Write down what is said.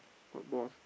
what boss